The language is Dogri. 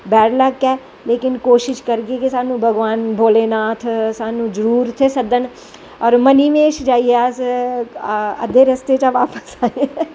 बैडलक ऐ कोशिश करगे कि भगवान साढ़ा भोलेनाथ साह्नू जरूर इत्थें सद्दन और मनी महेश जाइयै अस अध्दे रस्ते चा दे बापस आए दे